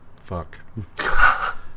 Fuck